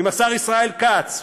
אם השר ישראל כץ,